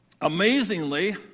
Amazingly